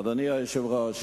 אדוני היושב-ראש,